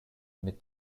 mit